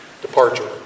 departure